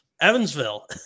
Evansville